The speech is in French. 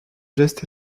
geste